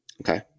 Okay